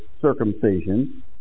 circumcision